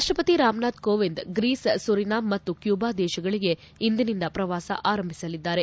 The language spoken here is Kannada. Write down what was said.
ರಾಷ್ಟಪತಿ ರಾಮನಾಥ್ ಕೋವಿಂದ್ ಗ್ರೀಸ್ ಸುರಿನಾಮ್ ಹಾಗೂ ಕ್ಯೂಬಾ ದೇಶಗಳಿಗೆ ಇಂದಿನಿಂದ ಪ್ರವಾಸ ಆರಂಭಿಸಲಿದ್ದಾರೆ